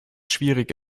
schwierig